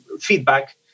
feedback